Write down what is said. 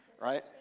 Right